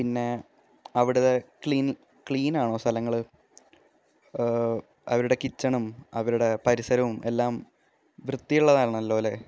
പിന്നെ അവിടുത്തെ ക്ലീനാണോ സലങ്ങൾ അവരുടെ കിച്ചണും അവരുടെ പരിസരവും എല്ലാം വൃത്തിയുള്ളതാണല്ലോ അല്ലേ